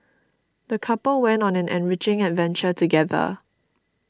the couple went on an enriching adventure together